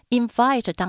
invite